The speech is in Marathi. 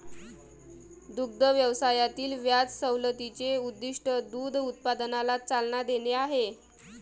दुग्ध व्यवसायातील व्याज सवलतीचे उद्दीष्ट दूध उत्पादनाला चालना देणे आहे